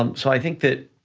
um so i think that